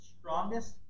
strongest